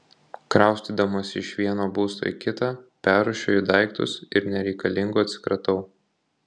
kraustydamasi iš vieno būsto į kitą perrūšiuoju daiktus ir nereikalingų atsikratau